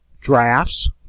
drafts